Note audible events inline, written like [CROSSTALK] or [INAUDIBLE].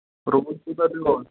روٗد کوٗتاہ پیوٚو [UNINTELLIGIBLE]